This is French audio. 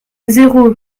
zéro